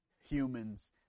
humans